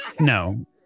No